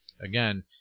Again